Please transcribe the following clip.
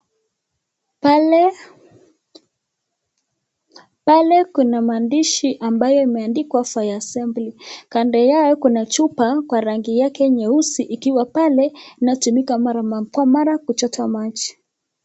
Pale kuna maandishi ambayo imeandikwa fire assembly ,kando yao kuna chupa kwa rangi yake nyeusi ikiwa pale inatumika mara kwa mara kuchota maji.